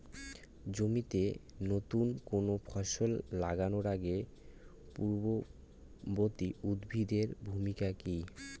জমিতে নুতন কোনো ফসল লাগানোর আগে পূর্ববর্তী উদ্ভিদ এর ভূমিকা কি?